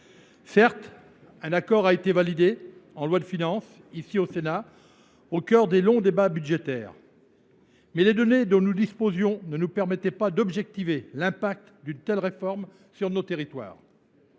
Certes, un accord a été validé en loi de finances, ici, au Sénat, après de longs débats budgétaires. Toutefois, les données dont nous disposions ne nous permettaient pas d’objectiver l’impact d’une telle réforme sur nos territoires.